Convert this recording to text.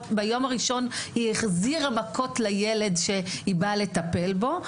ביום הראשון היא החזירה מכות לילד שהיא באה לטפל בו.